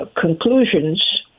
Conclusions